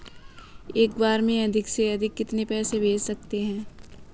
एक बार में अधिक से अधिक कितने पैसे भेज सकते हैं?